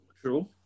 True